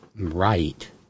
Right